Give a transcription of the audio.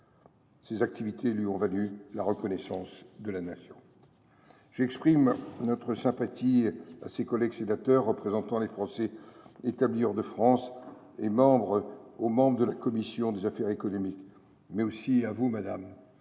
Ses activités lui ont valu, d’ailleurs, la reconnaissance de la Nation. J’exprime notre sympathie à ses collègues sénateurs représentant les Français établis hors de France et aux membres de la commission des affaires économiques, mais aussi à vous, madame,